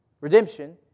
Redemption